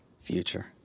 future